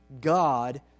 God